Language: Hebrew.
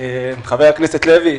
חבר הכנסת לוי,